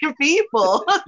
people